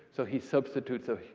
so he substitutes a.